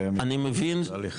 אנו כן בשיח עם משרד העלייה